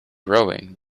rowing